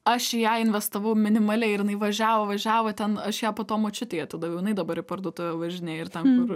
aš į ją investavau minimaliai ir jinai važiavo važiavo ten aš ją po to močiutei atidaviau jinai dabar į parduotuvę važinėja ir ten kur